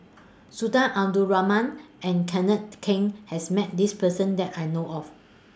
Sultan Abdul Rahman and Kenneth Keng has Met This Person that I know of